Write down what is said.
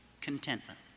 contentment